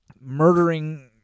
murdering